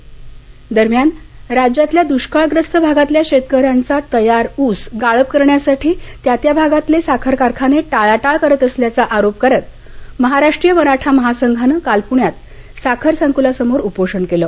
उपोषण दरम्यान राज्यातल्या दृष्काळग्रस्त भागातल्या शेतकऱ्यांचा तयार ऊस गाळप करण्यासाठी त्या त्या भागातले साखर कारखाने टाळाटाळ करत असल्याचा आरोप करत महाराष्ट्रीय मराठा महासंघानं काल पृण्यात साखर संकुलासमोर उपोषण केलं